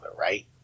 right